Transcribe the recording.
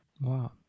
Wow